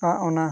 ᱟᱨ ᱚᱱᱟ